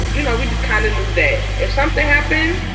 you know, we just kind of knew that if something happen,